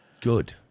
Good